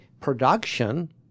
production